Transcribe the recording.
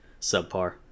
subpar